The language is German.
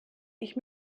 ich